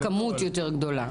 הכמות יותר גדולה.